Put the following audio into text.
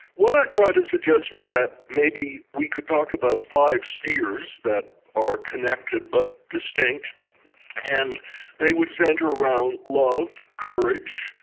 what i tried to suggest was that maybe we could talk about five spheres that are connected but distinct and they would center around love, courage,